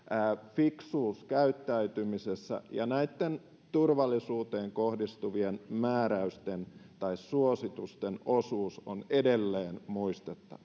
fiksuus käyttäytymisessä ja näitten turvallisuuteen kohdistuvien määräysten tai suositusten osuus on edelleen muistettava